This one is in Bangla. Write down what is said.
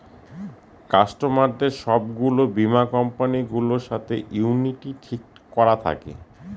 কাস্টমারদের সব গুলো বীমা কোম্পানি গুলোর সাথে ইউনিটি ঠিক করা থাকে